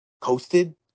coasted